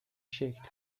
شکل